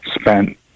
spent